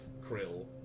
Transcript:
krill